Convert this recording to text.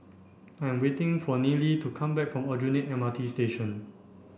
I am waiting for Nealy to come back from Aljunied M R T Station